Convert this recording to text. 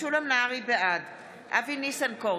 בעד אבי ניסנקורן,